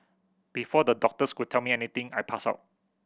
before the doctors could tell me anything I passed out